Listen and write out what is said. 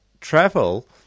travel